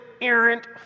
errant